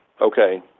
okay